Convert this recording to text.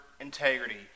integrity